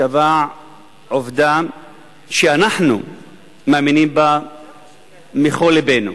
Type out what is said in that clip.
קבע עובדה שאנחנו מאמינים בה בכל לבנו.